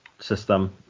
system